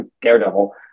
Daredevil